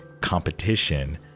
competition